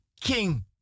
king